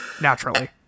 Naturally